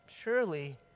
surely